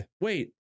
Wait